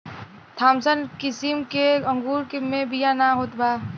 Thompson किसिम के अंगूर मे बिया ना होत बा